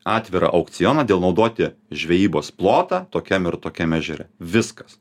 atvirą aukcioną dėl naudoti žvejybos plotą tokiam ir tokiam ežere viskas